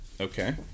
Okay